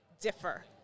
differ